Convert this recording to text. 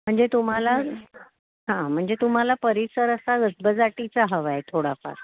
म्हणजे तुम्हाला हां म्हणजे तुम्हाला परिसर असा गजबजाटीचा हवा आहे थोडाफार